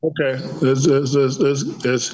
Okay